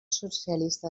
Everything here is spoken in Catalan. socialista